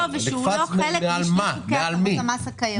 ושהוא לא חלק מחוקי הטבות המס הקיימים.